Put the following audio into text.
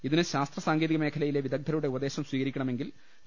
ഇതിന് ശാസ്ത്ര സാങ്കേതിക മേഖല യിലെ വിദഗ്ധരുടെ ഉപദേശം സ്വീകരിക്കണമെങ്കിൽ ഗവ